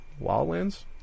Wildlands